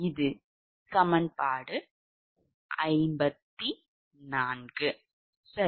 இது சமன்பாடு 54 சரி